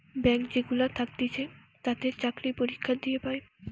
bank যেগুলা থাকতিছে তাতে চাকরি পরীক্ষা দিয়ে পায়